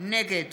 נגד